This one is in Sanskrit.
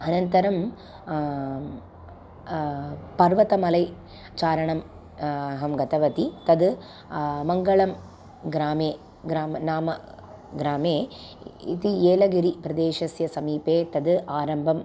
अनन्तरं पर्वतमलैचारणम् अहं गतवती तद् मङ्गळं ग्रामे ग्रामनाम ग्रामे इति एलगिरिप्रदेशस्य समीपे तद् आरम्भं